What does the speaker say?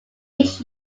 each